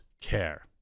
care